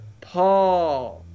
Paul